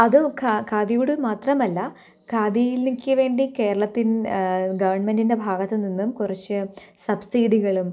അത് ഖാ ഖാദിയുടെ മാത്രമല്ല ഖാദിയിലിക്ക് വേണ്ടി കേരളത്തിൻ ഗവണ്മെൻറ്റിൻ്റെ ഭാഗത്ത് നിന്നും കുറച്ച് സബ്സീഡികളും